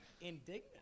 Indignant